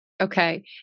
Okay